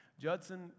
Judson